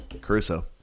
Caruso